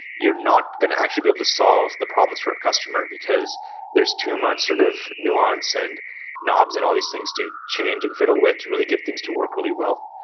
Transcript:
you're not can actually be able to solve the problems for a customer because there's too much sort of nuance and knobs and all these things to change in fiddle with to really get things to work really well.